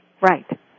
Right